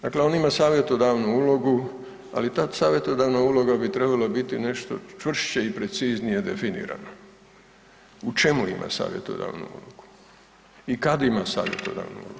Dakle on ima savjetodavnu ulogu ali ta savjetodavna uloga bi trebala biti nešto čvršće i preciznije definirano, u čemu ima savjetodavnu ulogu i kad ima savjetodavnu ulogu.